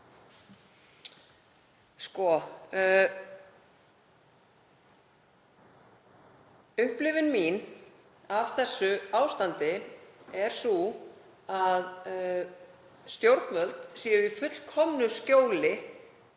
— upplifun mín af þessu ástandi er sú að stjórnvöld séu í fullkomnu skjóli